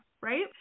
right